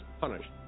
punished